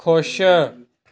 ਖੁਸ਼